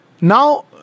Now